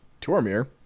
Tormir